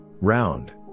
Round